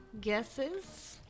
guesses